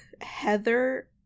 Heather